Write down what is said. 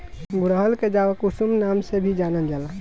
गुड़हल के जवाकुसुम नाम से भी जानल जाला